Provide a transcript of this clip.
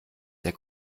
der